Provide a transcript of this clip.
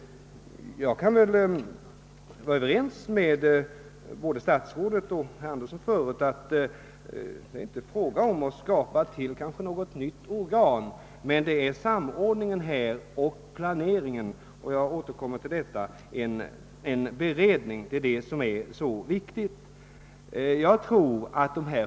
Jag kan vara överens med både statsrådet och herr Andersson i Storfors att det inte är fråga om att tillskapa ett nytt organ, utan det viktiga är att man får en beredning för att kunna samordna och planera dessa ärenden.